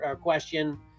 question